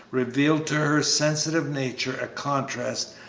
revealed to her sensitive nature a contrast,